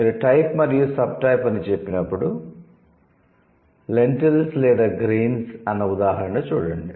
మీరు 'టైప్ మరియు సబ్టైప్' అని చెప్పినప్పుడు 'లెన్టిల్స్' లేదా 'గ్రెయిన్స్' అన్న ఉదాహరణ చూడండి